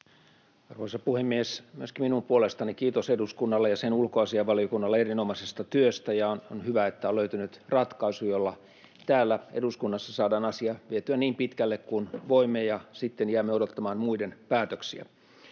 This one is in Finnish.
Arvoisa puhemies! Myöskin minun puolestani kiitos eduskunnalle ja sen ulkoasiainvaliokunnalle erinomaisesta työstä. On hyvä, että on löytynyt ratkaisu, jolla täällä eduskunnassa saadaan asia vietyä niin pitkälle kuin voimme, ja sitten jäämme odottamaan muiden päätöksiä.